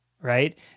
right